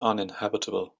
uninhabitable